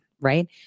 right